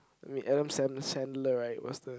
wait Adam-Sandler right was the